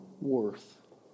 worth